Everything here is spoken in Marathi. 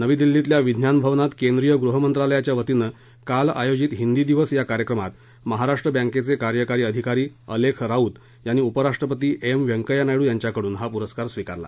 नवी दिल्लीतल्या विज्ञान भवनात केंद्रीय गृहमंत्रालयाच्या वतीनं काल आयोजित हिंदी दिवस या कार्यक्रमात महाराष्ट्र बँकेचे कार्यकारी अधिकारी अलेख राऊत यांनी उपराष्ट्रपती एम वैंकय्या नायडू यांच्याकडून हा पुरस्कार स्वीकारला